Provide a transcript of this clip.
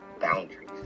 boundaries